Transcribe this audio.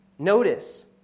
Notice